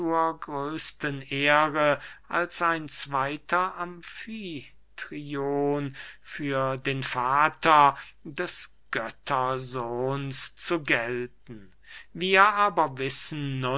ehre als ein zweyter amfitryon für den vater des göttersohns zu gelten wir aber wissen